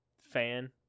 fan